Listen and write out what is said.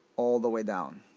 all the way down